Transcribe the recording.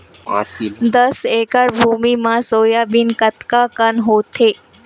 दस एकड़ भुमि म सोयाबीन कतका कन होथे?